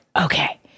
okay